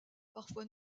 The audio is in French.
parfois